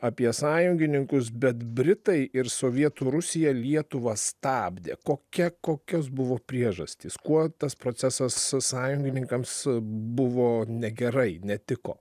apie sąjungininkus bet britai ir sovietų rusija lietuvą stabdė kokia kokios buvo priežastys kuo tas procesas sąjungininkams buvo negerai netiko